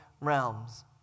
realms